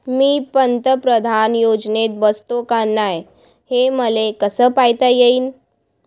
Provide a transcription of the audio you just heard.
मी पंतप्रधान योजनेत बसतो का नाय, हे मले कस पायता येईन?